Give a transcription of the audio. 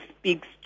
speaks